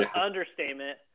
understatement